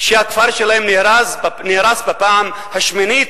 שנהרס בפעם השמינית,